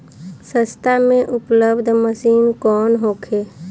सस्ता में उपलब्ध मशीन कौन होखे?